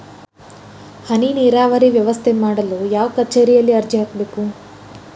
ಹನಿ ನೇರಾವರಿ ವ್ಯವಸ್ಥೆ ಮಾಡಲು ಯಾವ ಕಚೇರಿಯಲ್ಲಿ ಅರ್ಜಿ ಹಾಕಬೇಕು?